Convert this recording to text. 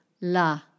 la